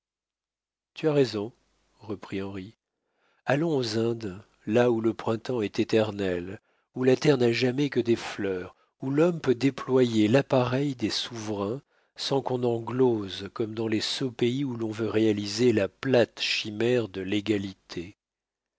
tu as raison reprit henri allons aux indes là où le printemps est éternel où la terre n'a jamais que des fleurs où l'homme peut déployer l'appareil des souverains sans qu'on en glose comme dans les sots pays où l'on veut réaliser la plate chimère de l'égalité